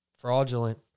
fraudulent